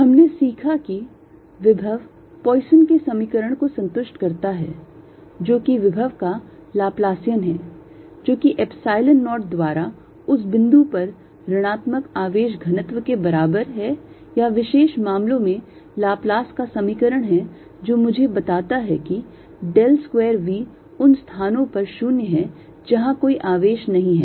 हमने सीखा है कि विभव पॉइसन के समीकरण को संतुष्ट करता है जो कि विभव का लाप्लासियन है जो कि Epsilon 0 द्वारा उस बिंदु पर ऋणात्मक आवेश घनत्व के बराबर है या विशेष मामलों में लाप्लास का समीकरण जो मुझे बताता है कि del square V उन स्थानों पर 0 है जहां कोई आवेश नहीं है